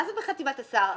מה זה בחתימת השר?